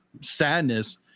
sadness